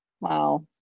Wow